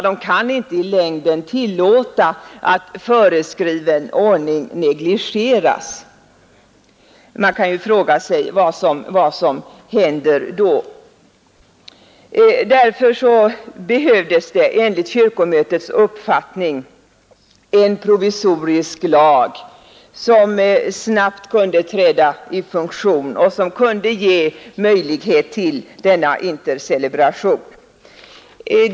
De kan inte i längden tillåta att föreskriven ordning negligeras. Därför behövdes enligt kyrkomötets uppfattning en provisorisk lag som snabbt kunde träda i funktion och som kunde ge möjlighet till denna intercelebration.